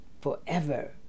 forever